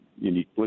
unique